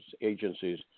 Agencies